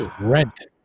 rent